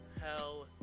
hell